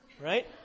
right